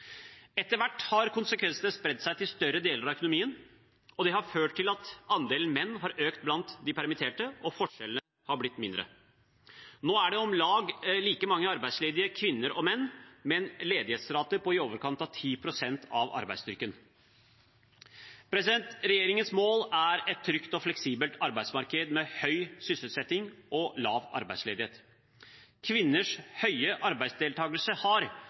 Etter hvert har konsekvensene spredt seg til større deler av økonomien, og det har ført til at andelen menn har økt blant de permitterte og forskjellene har blitt mindre. Nå er det om lag like mange arbeidsledige kvinner og menn med en ledighetsrate på i overkant av 10 pst. av arbeidsstyrken. Regjeringens mål er et trygt og fleksibelt arbeidsmarked med høy sysselsetting og lav arbeidsledighet. Kvinners høye arbeidsdeltakelse har,